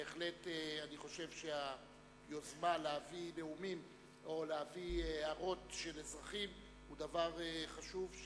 אני בהחלט חושב שהיוזמה להביא נאומים או הערות של אזרחים היא דבר חשוב,